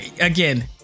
Again